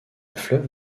fleuve